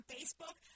Facebook